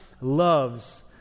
loves